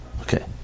Okay